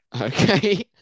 Okay